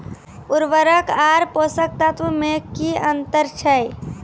उर्वरक आर पोसक तत्व मे की अन्तर छै?